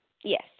Yes